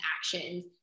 actions